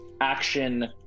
action